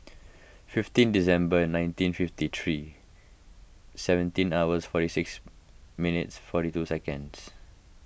fifteen December nineteen fifty three seventeen hours forty six minutes forty two seconds